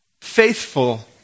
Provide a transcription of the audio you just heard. faithful